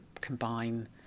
combine